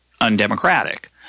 undemocratic